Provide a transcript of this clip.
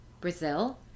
Brazil